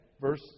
verse